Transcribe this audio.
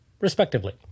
respectively